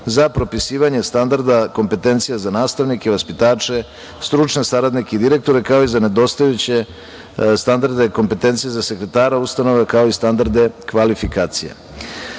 za propisivanje standarda kompetencija za nastavnike, vaspitače, stručne saradnike i direktore kao i za nedostajuće standarde kompetencija za sekretara ustanove, kao i standarde kvalifikacija. Razumevajuću